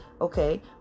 okay